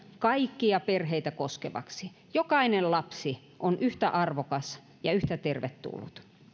kaikkia perheitä koskevaksi jokainen lapsi on yhtä arvokas ja yhtä tervetullut